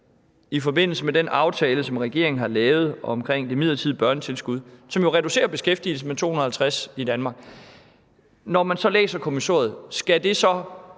i forbindelse med den aftale, som regeringen har lavet om det midlertidige børnetilskud, som reducerer beskæftigelsen med 250 i Danmark, så skal nøjes